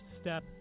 step